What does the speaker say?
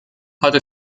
hatte